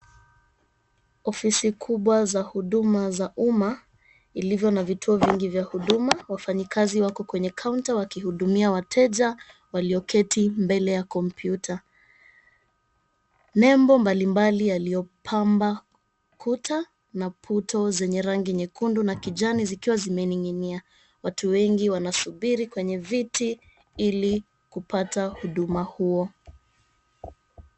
Ofisi kubwa za huduma za umma , ilivyo na vituo vingi vya huduma. Wafanyikazi wako kwenye kaunta wakihudumia wateja walioketi mbele ya kompyuta. Nembo mbalimbali yaliyopamba kuta na puto zenye rangi nyekundu na kijani zikiwa zimening'inia. Watu wengi wanasubiri kwenye viti ili kupata huduma huo.